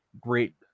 great